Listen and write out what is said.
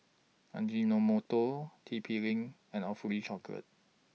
Ajinomoto T P LINK and Awfully Chocolate